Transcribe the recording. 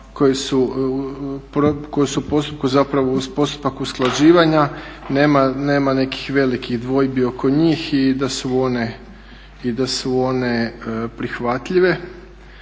uz postupak usklađivanja nema nekih velikih dvojbi oko njih i da su one prihvatljive.